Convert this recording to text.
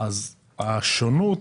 השונות